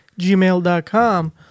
gmail.com